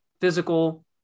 physical